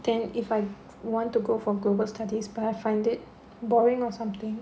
then if I want to go for global studies but I find it boring or something